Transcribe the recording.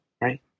right